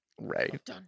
right